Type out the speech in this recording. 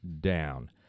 down